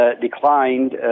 declined